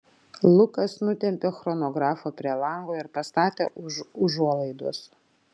lukas nutempė chronografą prie lango ir pastatė už užuolaidos